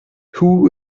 who